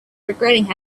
regretting